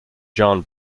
john